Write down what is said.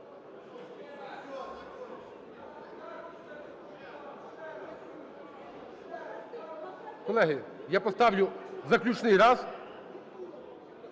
Колеги, я поставлю заключний раз,